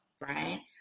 right